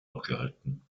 abgehalten